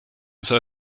vor